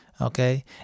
Okay